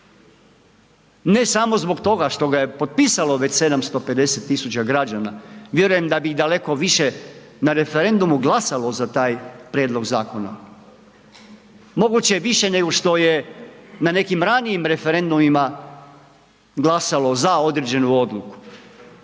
ne samo zbog toga što ga je potpisalo već 750 000 građana, vjerujem da bi i daleko više na referendumu glasalo za taj prijedlog zakona, moguće više nego što je na nekim ranijim referendumima glasalo za određenu odluku.